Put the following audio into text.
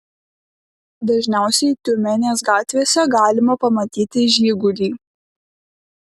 dažniausiai tiumenės gatvėse galima pamatyti žigulį